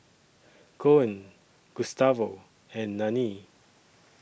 Koen Gustavo and Nanie